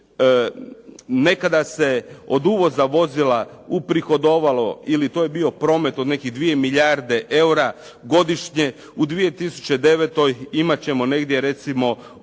nekada se od uvoza vozila uprihodovalo ili to je bio promet od nekih 2 milijarde eura godišnje. U 2009. imat ćemo negdje recimo oko